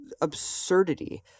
absurdity